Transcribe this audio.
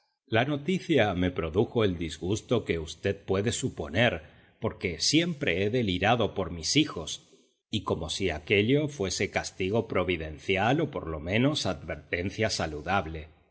la noticia me produjo el disgusto que v puede suponer porque siempre he delirado por mis hijos y como si aquello fuese castigo providencial o por lo menos advertencia saludable